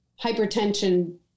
hypertension